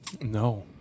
No